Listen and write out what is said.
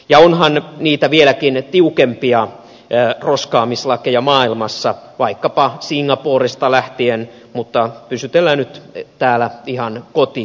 ja onhan niitä vieläkin tiukempia roskaamislakeja maailmassa vaikkapa singaporesta lähtien mutta pysytellään nyt täällä ihan kotikulmilla